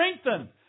strengthened